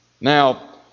Now